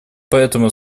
поэтому